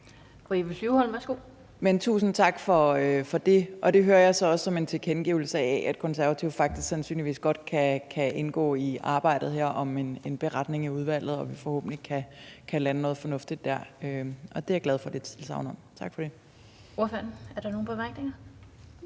Eva Flyvholm (EL): Tusind tak for det. Det hører jeg så også som en tilkendegivelse af, at Konservative faktisk sandsynligvis godt kan indgå i arbejdet her om en beretning i udvalget, og at vi forhåbentlig kan lande noget fornuftigt der. Og det tilsagn er jeg glad for. Tak for det. Kl. 18:31 Den fg. formand (Annette Lind): Er der en bemærkning